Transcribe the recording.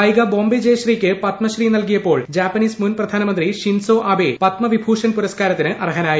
ഗായിക ബോംബെ ജയശ്രീക്ക് പത്മശ്രീ നൽകിയപ്പോൾ ജാപ്പനീസ് മുൻ പ്രധാനമന്ത്രി ഷിൻഡോ ആബെ പത്മവിഭൂഷൺ പുരസ്ക്കാരത്തിന് അർഹനായി